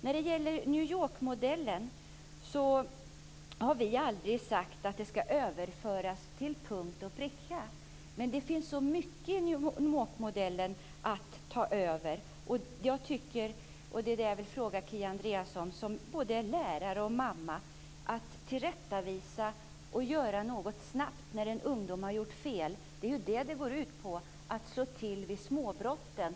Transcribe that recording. När det gäller New York-modellen har vi aldrig sagt att den skall överföras till punkt och pricka. Men det finns mycket i New York-modellen som man kan föra över. Jag vill ställa en fråga till Kia Andreasson som både är lärare och mamma. Det här handlar om att man skall tillrättavisa och göra något snabbt när en ungdom har gjort fel. Det går ut på att man skall slå till vid småbrotten.